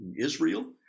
Israel